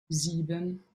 sieben